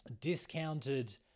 discounted